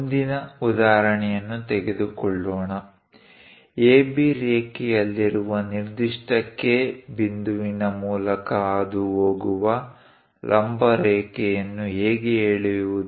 ಮುಂದಿನ ಉದಾಹರಣೆಯನ್ನು ತೆಗೆದುಕೊಳ್ಳೋಣ AB ರೇಖೆಯಲ್ಲಿರುವ ನಿರ್ದಿಷ್ಟ K ಬಿಂದುವಿನ ಮೂಲಕ ಹಾದುಹೋಗುವ ಲಂಬ ರೇಖೆಯನ್ನು ಹೇಗೆ ಎಳೆಯುವುದು